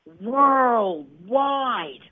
worldwide